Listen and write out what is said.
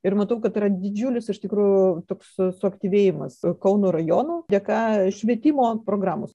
ir matau kad yra didžiulis iš tikrųjų toks su suaktyvėjimas kauno rajono dėka švietimo programos